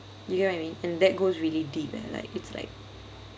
you get what I mean and that goes really deep and like it's like